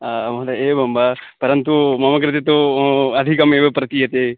आम् महोदय एवं वा परन्तु मम कृते तु अधिकमेव प्रतीयते